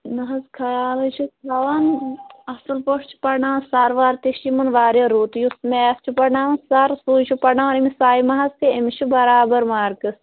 نہَ حظ خیال حظ چھِ تھاوان اَصٕل پٲٹھۍ چھِ پَرناوان سَر ور تہِ چھِ یِمَن واریاہ رُت یُس میتھ چھُ پَرناوان سَر سُے چھُ پَرناوان أمِس سایماہَس تہِ أمِس چھِ برابر مارکٕس